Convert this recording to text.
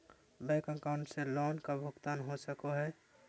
Bank account से loan का भुगतान हो सको हई?